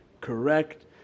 correct